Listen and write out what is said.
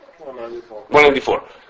194